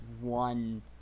one